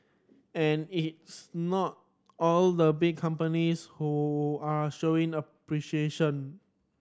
and it's not all the big companies who are showing appreciation